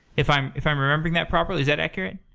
if i'm if i'm remembering that properly. is that accurate?